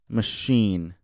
machine